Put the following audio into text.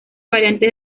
variantes